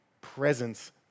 presence